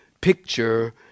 picture